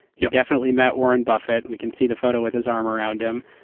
he definitely met warren buffetteur we can see the photo with his arm around him.